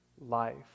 life